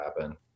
happen